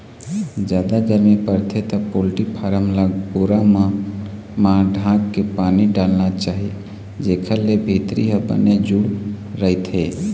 जादा गरमी परथे त पोल्टी फारम ल बोरा मन म ढांक के पानी डालना चाही जेखर ले भीतरी ह बने जूड़ रहिथे